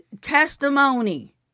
testimony